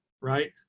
right